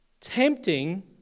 tempting